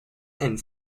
and